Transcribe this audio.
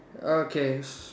okay s~